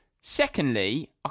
Secondly